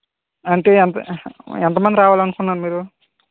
అంటే ఎంత ఎంతమంది రావాలనుకున్నారు మీరు